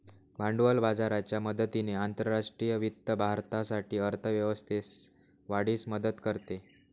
भांडवल बाजाराच्या मदतीने आंतरराष्ट्रीय वित्त भारतासाठी अर्थ व्यवस्थेस वाढीस मदत करते